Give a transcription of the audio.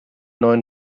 neuen